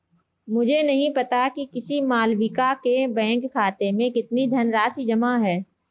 मुझे नही पता कि किसी मालविका के बैंक खाते में कितनी धनराशि जमा है